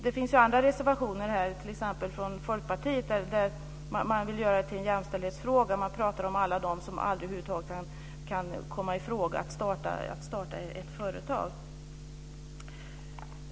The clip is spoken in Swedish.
Det finns ju andra reservationer här, t.ex. från Folkpartiet, där man vill göra det till en jämställdhetsfråga. Man pratar om alla dem som aldrig över huvud taget kan komma i fråga att starta ett företag.